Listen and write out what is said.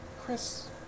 Chris